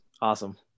Awesome